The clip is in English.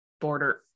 border